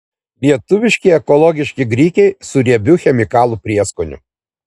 lietuviški ekologiški grikiai su riebiu chemikalų prieskoniu